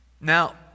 Now